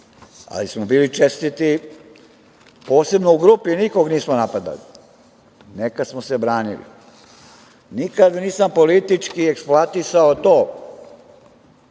ali smo bili čestiti, posebno u grupi nikog nismo napadali. Nekad smo se branili. Nikad nisam politički eksploatisao to